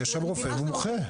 יש שם רופא מומחה.